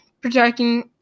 protecting